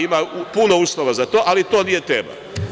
Ima puno uslova za to, ali to nije tema.